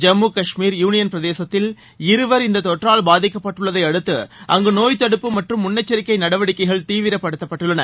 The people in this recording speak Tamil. ஜம்மு கஷ்மீர் யுனியன் பிரதேசத்தில் இருவர் இந்த தொற்றால் பாதிக்கப்பட்டுள்ளதை அடுத்து அங்கு நோய் தடுப்பு மற்றும் முன்னொச்சரிக்கை நடவவடிக்கைகள் தீவிரப்படுத்தப்பட்டுள்ளன